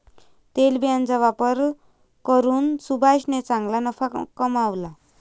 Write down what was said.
तेलबियांचा व्यापार करून सुभाषने चांगला नफा कमावला